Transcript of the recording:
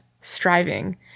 striving